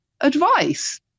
advice